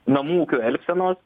namų ūkių elgsenos